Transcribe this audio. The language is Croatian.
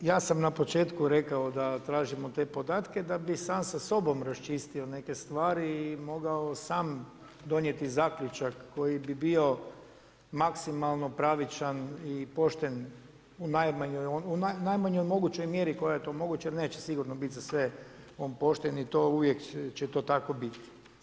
Pa ja sam na početku rekao da tražimo te podatke, da bi sam sa sobom raščistio neke stvari i mogao sam donijeti zaključak koji bi bio maksimalno pravičan i pošten u najmanjoj mogućoj mjeri koja je to moguća, jer neće sigurna biti za sve on pošten i to uvijek će to tako biti.